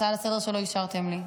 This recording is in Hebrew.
זו הצעה לסדר-יום שלא אישרתם לי,